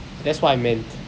that's what I meant